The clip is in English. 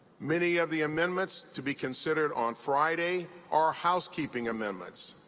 many of the amendments to be considered on friday are housekeeping amendments.